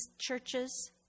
churches